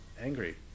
angry